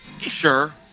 Sure